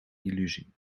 illusie